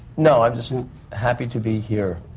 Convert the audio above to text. no, i'm just happy to be here.